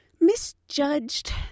misjudged